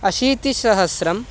अशीतिसहस्रम्